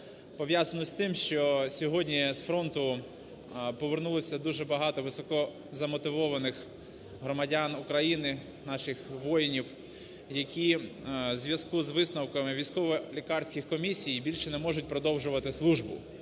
пов'язану з тим, що сьогодні з фронту повернулися дуже багато високозамотивованих громадян України, наших воїнів, які в зв'язку з висновками військово-лікарських комісій більше не можуть продовжувати службу